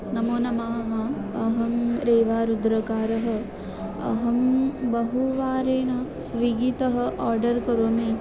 नमो नमः अहं रेवारुद्रकारः अहं बहुवारं स्विगितः आर्डर् करोमि